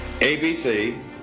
ABC